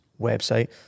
website